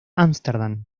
ámsterdam